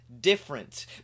different